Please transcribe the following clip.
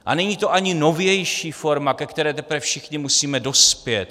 A není to ani novější forma, ke které teprve všichni musíme dospět.